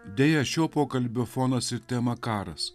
deja šio pokalbio fonas ir tema karas